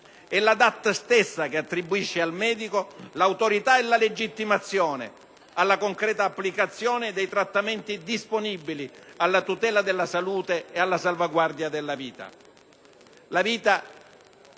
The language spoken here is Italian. È la DAT stessa che attribuisce al medico l'autorità e la legittimazione alla concreta applicazione dei trattamenti disponibili alla tutela della salute e alla salvaguardia della vita.